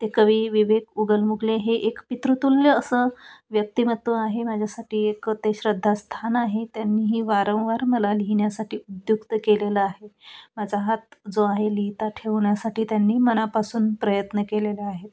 ते कवी विवेक उगलमुगले हे एक पितृतुल्य असं व्यक्तिमत्त्व आहे माझ्यासाठी एक ते श्रद्धास्थान आहे त्यांनीही वारंवार मला लिहिण्यासाठी उद्युक्त केलेलं आहे माझा हात जो आहे लिहिता ठेवण्यासाठी त्यांनी मनापासून प्रयत्न केलेला आहे